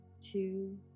two